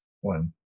one